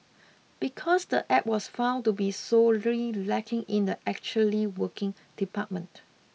because the App was found to be sorely lacking in the actually working department